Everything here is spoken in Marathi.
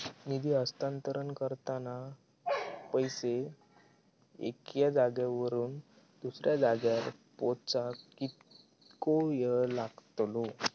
निधी हस्तांतरण करताना पैसे एक्या जाग्यावरून दुसऱ्या जाग्यार पोचाक कितको वेळ लागतलो?